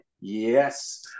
Yes